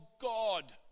God